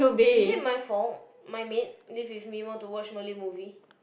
is it my fault my maid live with me want to watch Malay movie